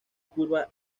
curva